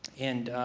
and